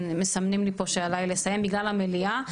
מסמנים לי פה שעליי לסיים בגלל המליאה,